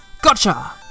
Gotcha